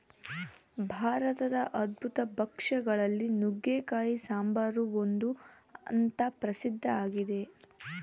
ಭಾರತದ ಅದ್ಭುತ ಭಕ್ಷ್ಯ ಗಳಲ್ಲಿ ನುಗ್ಗೆಕಾಯಿ ಸಾಂಬಾರು ಒಂದು ಅಂತ ಪ್ರಸಿದ್ಧ ಆಗಿದೆ